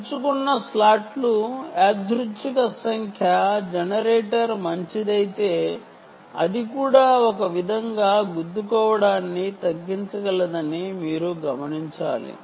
ఎంచుకున్న స్లాట్లు యాదృచ్ఛిక సంఖ్య జెనరేటర్ మంచిదైతే అది కూడా ఒక విధంగా ఢీకోవడాన్ని తగ్గించగలదని మీరు గమనించాలి